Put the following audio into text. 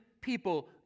people